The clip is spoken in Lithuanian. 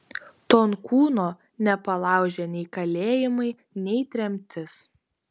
tonkūno nepalaužė nei kalėjimai nei tremtis